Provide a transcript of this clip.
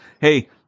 hey